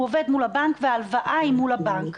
עובד מול הבנק וההלוואה היא מול הבנק.